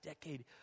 decade